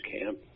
camp